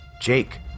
Jake